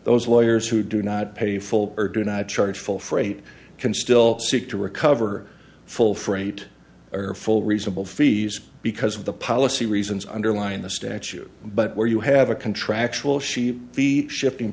those lawyers who do not pay full or do not charge full freight can still seek to recover full freight or full reasonable fees because of the policy reasons underlying the statute but where you have a contractual she the shipping